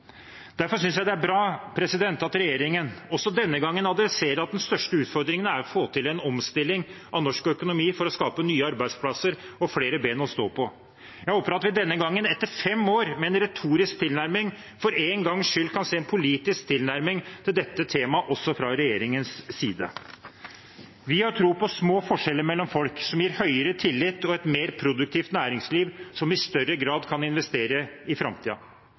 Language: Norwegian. Derfor synes jeg det er bra at regjeringen også denne gangen tar opp at den største utfordringen er å få til en omstilling av norsk økonomi for å skape nye arbeidsplasser og flere ben å stå på. Jeg håper at vi denne gangen, etter fem år med en retorisk tilnærming, for én gangs skyld kan se en politisk tilnærming til dette temaet også fra regjeringens side. Vi har tro på små forskjeller mellom folk, noe som gir høyere tillit og et mer produktivt næringsliv som i større grad kan investere i